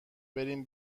بریم